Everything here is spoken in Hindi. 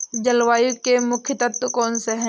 जलवायु के मुख्य तत्व कौनसे हैं?